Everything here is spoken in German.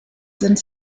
sind